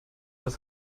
was